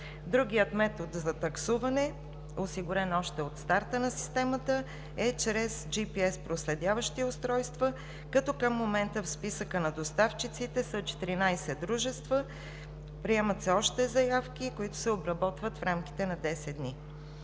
Другият метод за таксуване, осигурен още от старта на системата, е чрез GPS проследяващи устройства, като към момента в списъка на доставчиците са 14 дружества. Приемат се още заявки, които се обработват в рамките на 10 дни.